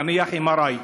נניח MRI,